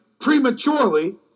prematurely